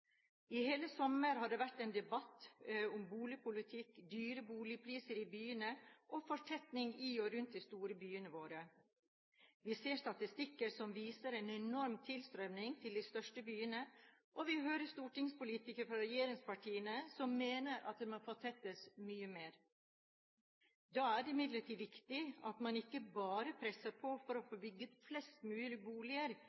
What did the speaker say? I hele sommer har det vært en debatt om boligpolitikk, dyre boligpriser i byene og fortetning i og rundt de store byene våre. Vi ser statistikker som viser en enorm tilstrømming til de store byene, og vi hører stortingspolitikere fra regjeringspartiene som mener at det må fortettes mye mer. Da er det imidlertid viktig at man ikke bare presser på for å